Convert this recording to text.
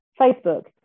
Facebook